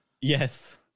Yes